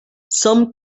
some